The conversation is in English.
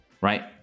right